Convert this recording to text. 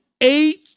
eight